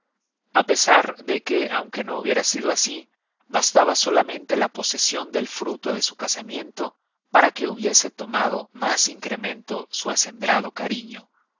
a pesar de que aunque no hubiera sido asi bastaba solamente la posesion del fruto de su casamiento para que hubiese tomado mas incremento su acendrado cariño no